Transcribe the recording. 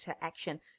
action